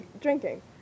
drinking